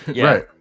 right